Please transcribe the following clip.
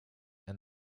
and